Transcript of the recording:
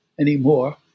anymore